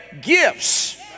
gifts